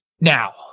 Now